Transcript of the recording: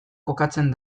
kokatzen